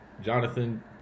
Jonathan